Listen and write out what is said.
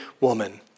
woman